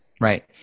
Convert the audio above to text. Right